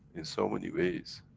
in so many ways,